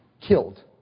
killed